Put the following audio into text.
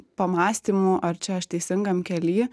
pamąstymų ar čia aš teisingam kely